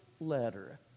letter